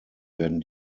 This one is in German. werden